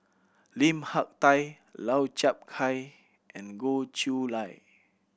Lim Hak Tai Lau Chiap Khai and Goh Chiew Lye